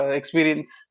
experience